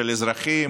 של אזרחים,